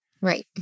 Right